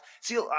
See